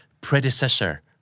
predecessor